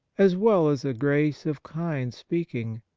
as well as a grace of kind speaking.